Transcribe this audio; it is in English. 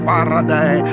Faraday